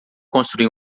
construí